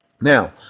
Now